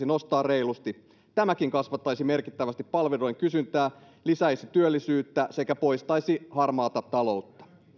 nostaa reilusti tämäkin kasvattaisi merkittävästi palvelujen kysyntää lisäisi työllisyyttä sekä poistaisi harmaata taloutta